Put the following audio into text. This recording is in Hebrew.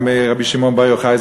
וגם רבי שמעון בר יוחאי,